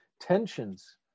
tensions